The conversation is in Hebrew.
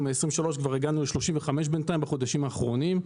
אנחנו מ-23 הגענו ל-35 בחודשים האחרונים.